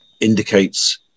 indicates